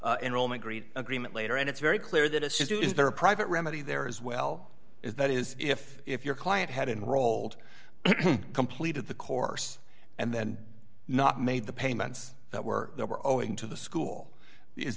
enrollment greed agreement later and it's very clear that a suit is there a private remedy there as well is that is if if your client had enrolled completed the course and then not made the payments that were there were owing to the school is